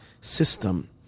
system